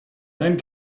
then